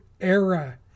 era